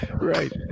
Right